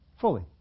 Fully